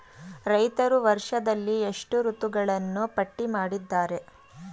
ರೈತರು ವರ್ಷದಲ್ಲಿ ಎಷ್ಟು ಋತುಗಳನ್ನು ಪಟ್ಟಿ ಮಾಡಿದ್ದಾರೆ?